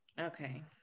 okay